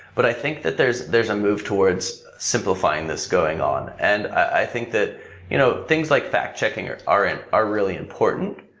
but i think that there's there's a move towards simplifying this going on. and i think that you know things like fact checking are are and really important.